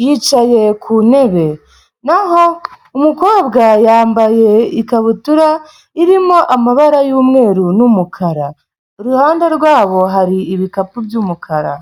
yicaye ku ntebe, naho umukobwa yambaye ikabutura irimo amabara y'umweru n'umukara, iruhande rwabo hari ibikapu by'umukara.